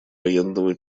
военного